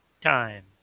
time